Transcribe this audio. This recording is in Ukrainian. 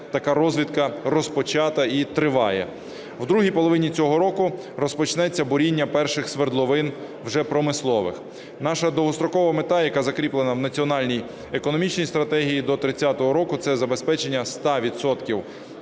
така розвідка розпочата і триває. В другій половині цього року розпочнеться буріння перших свердловин вже промислових. Наша довгострокова мета, яка закріплена в Національній економічній стратегії до 30-го року, – це забезпечення ста